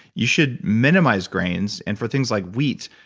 you should minimize grains, and for things like wheat,